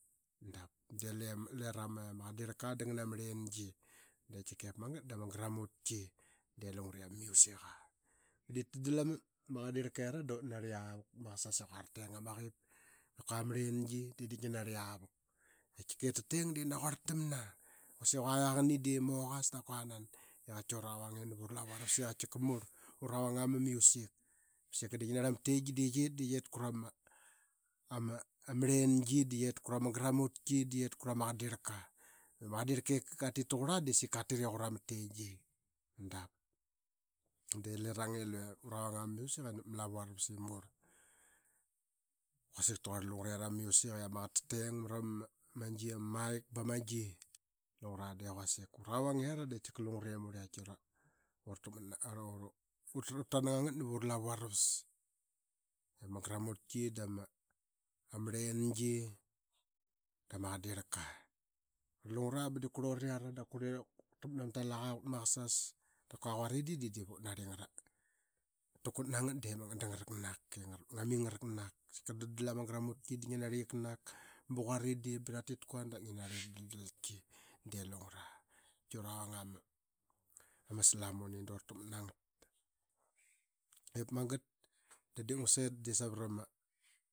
De luve lerama ma qadirlka dama arlengi. Da qati ka ip magat dama arlengi de lungre ama music qa. Diip ta dal ama qadrika era da ura narli avuk pat ma qasas i quara teng ama qip dap kua ama arlegi di ngi narli avuk itika ip tateng de naquarl tamna. Quasik i qua aqani de maqas dap kua nan i qati ura vanga nav ura lavu aravas i murl. Ura vang aa ma music i murl sika. Diip ngi narli ama tengi de qit de qit kura ma ama arlengi. Da qit kura ma garamutki da qit kura ma aqadirlka i ma qasrilka qatit tarqurla de qatit kura ma tengi dap. De lareng i ura vanga ma music nav ura lavu ravas i murl quasik taqurl lungre ra ma music. Ama qaqet te teng marama gi ama maik ba magi. Lungra ba dp kurlut iara da kua ra takmat nam a talak avuk pat ma qasa da kua quari di de dip utnarli ngana taqakut nangat ba ngaraknak sika. Ra daldal ama gramutiki dii sika diip ngi narli qaknak ba qaridi ba ngi tik kua de ngi narli madaldalki. De lungra qaki ura vanga ama aslamun i da vra takmat nangat. Ip magat da diip ngu sit de savrama